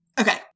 Okay